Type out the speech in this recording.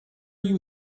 you